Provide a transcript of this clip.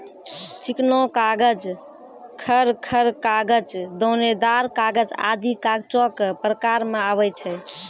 चिकना कागज, खर खर कागज, दानेदार कागज आदि कागजो क प्रकार म आवै छै